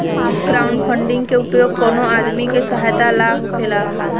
crowdfunding के उपयोग कवनो आदमी के सहायता ला होखेला